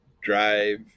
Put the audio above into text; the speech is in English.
drive